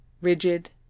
rigid